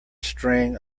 string